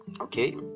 okay